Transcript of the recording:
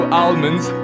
almonds